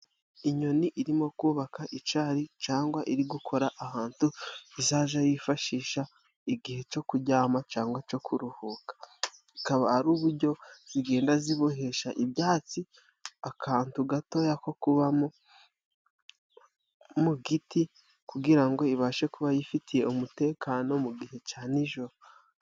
Inyoni irimo kubaka icari, cangwa iri gukora ahantu izajya yifashisha igihe co kujyama, cangwa co kuruhuka. Akaba ari ubujyo, zigenda zibohesha ibyatsi, akantu gatoya ko kubamo mu giti, kugira ngo ibashe kuba yifitiye umutekano, mu gihe cya nijoro.